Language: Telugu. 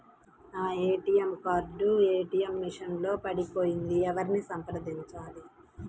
నా ఏ.టీ.ఎం కార్డు ఏ.టీ.ఎం మెషిన్ లో పడిపోయింది ఎవరిని సంప్రదించాలి?